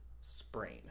sprain